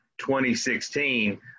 2016